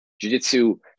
Jiu-Jitsu